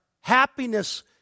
happiness